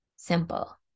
simple